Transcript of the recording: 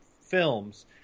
films